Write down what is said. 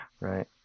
right